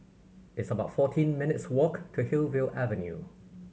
it's about fourteen minutes' walk to Hillview Avenue